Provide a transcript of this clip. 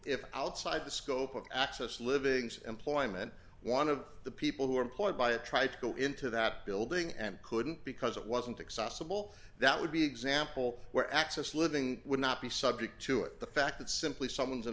if outside the scope of access living's employment one of the people who are employed by a try to go into that building and couldn't because it wasn't accessible that would be example where access living would not be subject to it the fact that simply someone's an